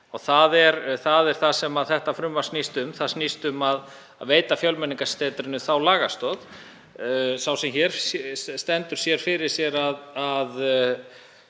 Þetta er það sem frumvarpið snýst um. Það snýst um að veita Fjölmenningarsetrinu þá lagastoð. Sá sem hér stendur sér fyrir sér að